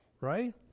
Right